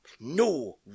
No